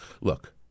Look